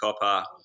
copper